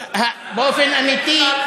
באופן אמיתי,